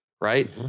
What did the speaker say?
right